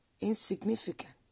insignificant